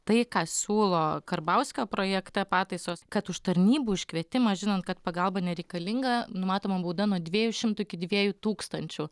tai ką siūlo karbauskio projekte pataisos kad už tarnybų iškvietimą žinant kad pagalba nereikalinga numatoma bauda nuo dviejų šimtų iki dviejų tūkstančių